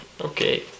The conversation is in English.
Okay